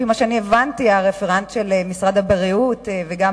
לפי מה שהבנתי, הרפרנט של משרד הבריאות וגם